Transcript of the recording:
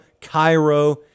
Cairo